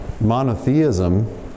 monotheism